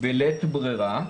בלית ברירה,